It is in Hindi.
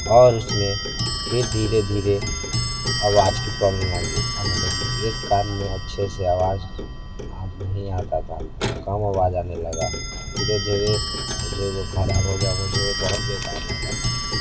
और उसमें फिर धीरे धीरे अवाज़ की प्रॉब्लम आने आने लगी एक कान में अच्छे से अवाज़ नहीं आता था कम आवाज़ आने लगा धीरे धीरे मुझे वो ख़राब हो गया मुझे वो बहुत बेकार लगा